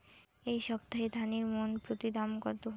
এই সপ্তাহে ধানের মন প্রতি দাম কত?